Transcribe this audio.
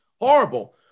horrible